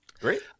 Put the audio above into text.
Great